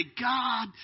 God